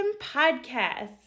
Podcast